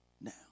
now